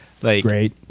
Great